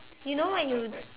you know when you